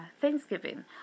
thanksgiving